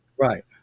right